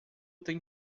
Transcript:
têm